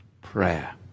prayer